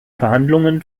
verhandlungen